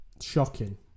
shocking